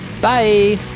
Bye